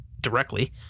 directly